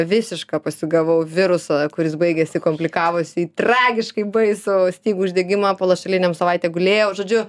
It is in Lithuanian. visišką pasigavau virusą kuris baigiasi komplikavosi į tragiškai baisų stygų uždegimą po lašalinėm savaitę gulėjau žodžiu